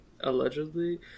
allegedly